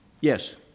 Yes